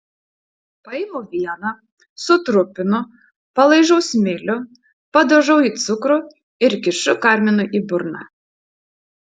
paimu vieną sutrupinu palaižau smilių padažau į cukrų ir kišu karminui į burną